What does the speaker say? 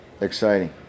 exciting